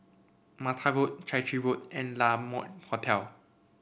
Mata Road Chai Chee Road and La Mode Hotel